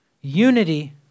Unity